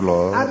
Lord